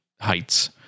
heights